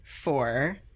four